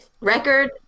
Record